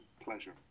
Pleasure